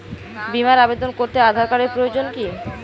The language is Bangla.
বিমার আবেদন করতে আধার কার্ডের প্রয়োজন কি?